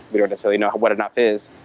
we don't necessarily know what enough is,